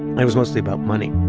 it was mostly about money